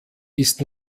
ist